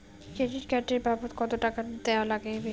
Credit card এর বাবদ কতো টাকা দেওয়া লাগবে?